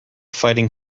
fighting